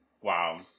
Wow